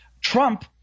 Trump